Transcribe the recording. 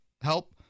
help